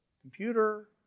computer